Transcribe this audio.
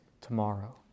tomorrow